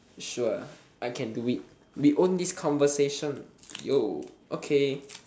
sure I can do it we own this conversation yo okay